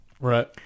right